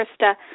Krista